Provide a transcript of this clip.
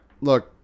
Look